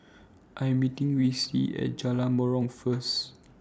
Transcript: I Am meeting Reece At Jalan Menarong First